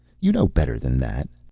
you know better than that!